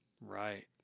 Right